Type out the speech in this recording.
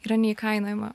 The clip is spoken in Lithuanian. yra neįkainojama